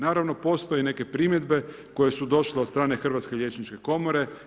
Naravno, postoje i neke primjedbe koje su došle od strane Hrvatske liječničke komore.